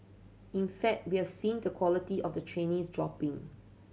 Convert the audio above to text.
in fact we have seen the quality of the trainees dropping